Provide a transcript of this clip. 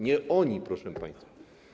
Nie oni, proszę państwa.